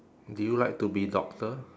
do you like to be doctor